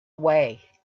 way